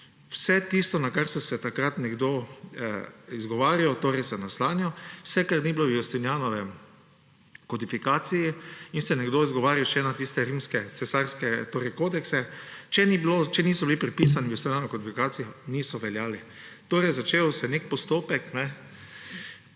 Vse tisto, na kar se je takrat nekdo izgovarjal, torej se naslanjal, vse, kar ni bilo v Justinijanovem kodifikaciji in se je nekdo izgovarjal še na tiste rimske, cesarske kodekse. Če niso bili prepisani v Justinijanovi kodifikaciji, niso veljali. Torej, začel se je nek postopek